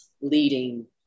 leading